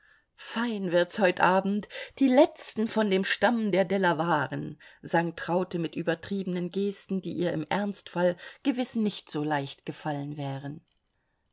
fein wird's heut abend die letzten von dem stamm der delawaren sang traute mit übertriebenen gesten die ihr im ernstfall gewiß nicht so leicht gefallen wären